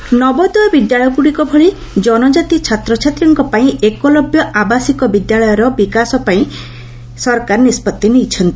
tribal Navodaya ବିଦ୍ୟାଳୟଗୁଡ଼ିକ ଭଳି କନଜାତି ଛାତ୍ରଛାତ୍ରୀମାନଙ୍କ ପାଇଁ ଏକଲବ୍ୟ ଆବାସିକ ବିଦ୍ୟାଳୟର ବିକାଶ ପାଇଁ ସରକାର ନିଷ୍ପଭି ନେଇଛନ୍ତି